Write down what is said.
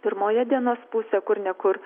pirmoje dienos pusė kur ne kur